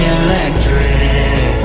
electric